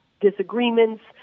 disagreements